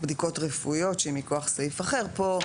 בדיקות רפואיות שהן מכוח סעיף אחר אבל פה,